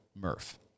Murph